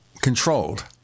controlled